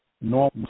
normal